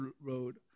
road